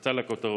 קפצה לכותרות.